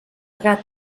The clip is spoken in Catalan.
gat